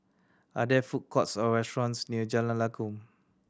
are there food courts or restaurants near Jalan Lakum